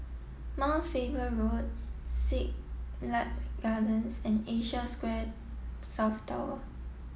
Mount Faber Road Siglap Gardens and Asia Square South Tower